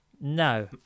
No